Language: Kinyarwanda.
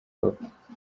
bapfa